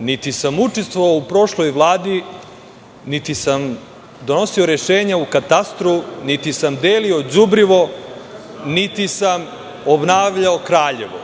niti sam učestvovao u prošloj Vladi, niti sam donosio rešenja u katastru, niti sam delio đubrivo, niti sam obnavljao Kraljevo.